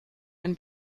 ein